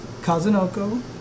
Kazunoko